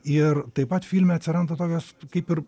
ir taip pat filme atsiranda tokios kaip ir